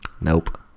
Nope